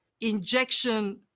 injection